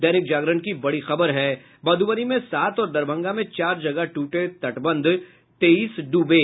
दैनिक जागरण की बड़ी खबर है मधुबनी में सात और दरभंगा में चार जगह टूटे तटबंध तेईस डूबे